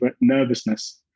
nervousness